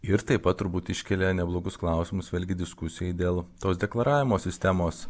ir taip pat turbūt iškelia neblogus klausimus vėlgi diskusijai dėl tos deklaravimo sistemos